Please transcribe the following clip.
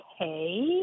okay